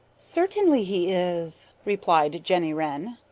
certainly he is, replied jenny wren.